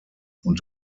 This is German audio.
und